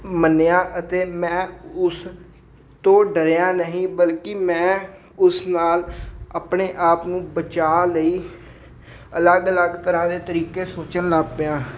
ਮੰਨਿਆ ਅਤੇ ਮੈਂ ਉਸ ਤੋਂ ਡਰਿਆ ਨਹੀਂ ਬਲਕਿ ਮੈਂ ਉਸ ਨਾਲ ਆਪਣੇ ਆਪ ਨੂੰ ਬਚਾਅ ਲਈ ਅਲੱਗ ਅਲੱਗ ਤਰ੍ਹਾਂ ਦੇ ਤਰੀਕੇ ਸੋਚਣ ਲੱਗ ਪਿਆ